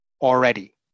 already